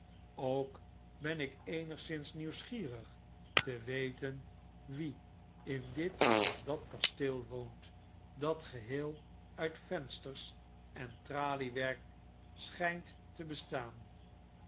ook ben ik eenigszins nieuwsgierig te weten wie in dit of dat kasteel woont dat geheel uit vensters en traliewerk schynt te bestaan